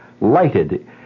lighted